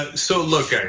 ah so look, ah